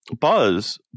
buzz